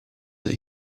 that